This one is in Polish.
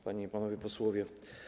Panie i Panowie Posłowie!